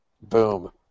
Boom